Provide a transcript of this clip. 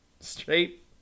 straight